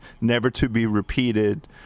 never-to-be-repeated